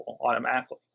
automatically